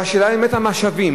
והשאלה היא באמת המשאבים,